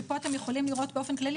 פה אתם יכולים לראות באופן כללי,